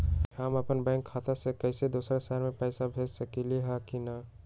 हम अपन बैंक खाता से कोई दोसर शहर में पैसा भेज सकली ह की न?